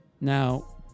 now